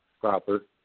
proper